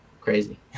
crazy